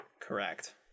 Correct